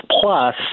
plus